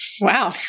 Wow